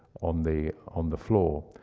on the on the floor.